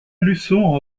luçon